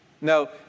No